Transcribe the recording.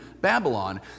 Babylon